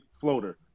floater